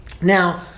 Now